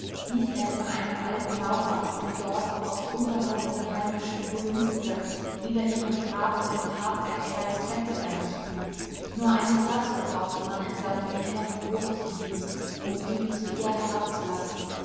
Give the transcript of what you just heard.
ließ er von einem alten maurer aus dem dorf aus unbehauenen heimischen dolomitblöcken über ihrem grabe im part einen kleinen tempel errichten nur eine platte brauchte man in seinem innern hochzuheben um ihn zu ihr herabzulassen